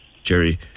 Jerry